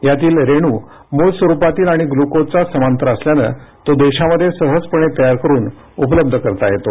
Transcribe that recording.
यातील रेणू मूळ स्वरुपातील आणि ग्लुकोजचा समांतर असल्याने तो देशामध्ये सहजपणे तयार करुन उपलब्ध करता येतो